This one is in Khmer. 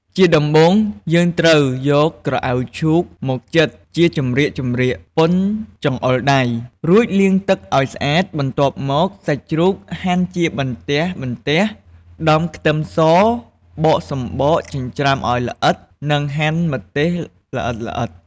ជាដំបូង យើងត្រូវយក ក្រអៅឈូកមកចិតជាចម្រៀកៗ ប៉ុនចង្អុលដៃ រួចលាងទឹកអោយស្អាត បន្ទាប់មកសាច់ជ្រូកហាន់ជាបន្ទះៗ ដំខ្ទឹមសបកសំបកចិញ្ច្រាំឲ្យល្អិត និងហាន់ម្ទេសល្អិតៗ។